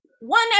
one